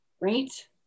right